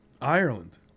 ireland